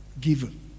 given